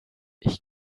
ich